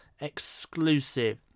exclusive